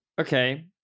Okay